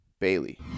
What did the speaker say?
bailey